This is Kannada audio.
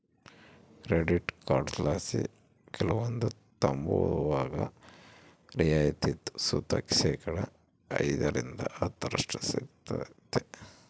ಕ್ರೆಡಿಟ್ ಕಾರ್ಡ್ಲಾಸಿ ಕೆಲವೊಂದು ತಾಂಬುವಾಗ ರಿಯಾಯಿತಿ ಸುತ ಶೇಕಡಾ ಐದರಿಂದ ಹತ್ತರಷ್ಟು ಸಿಗ್ತತೆ